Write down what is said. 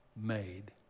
made